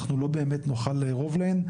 אנחנו לא באמת נוכל לערוב להן.